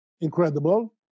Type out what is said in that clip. incredible